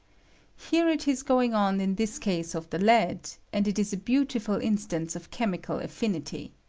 here it is going on in this case of the lead, and it is a beautiful instance of chemical affinity.